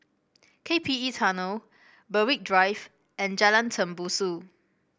K P E Tunnel Berwick Drive and Jalan Tembusu